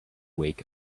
week